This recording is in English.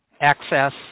access